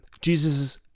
Jesus